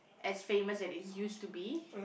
as famous as it used to be